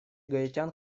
гаитян